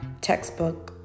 textbook